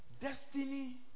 Destiny